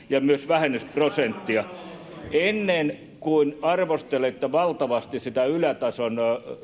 ja myös vähennysprosenttia ennen kuin arvostelette valtavasti sitä ylätason